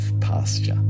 pasture